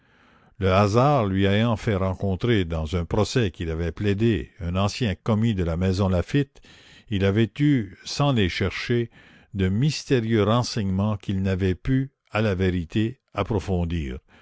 le hasard lui ayant fait rencontrer dans un procès qu'il avait plaidé un ancien commis de la maison laffitte il avait eu sans les chercher de mystérieux renseignements qu'il n'avait pu à la vérité approfondir